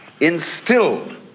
instilled